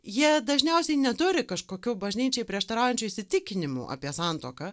jie dažniausiai neturi kažkokių bažnyčiai prieštaraujančių įsitikinimų apie santuoką